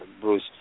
Bruce